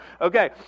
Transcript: Okay